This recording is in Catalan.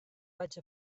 vaig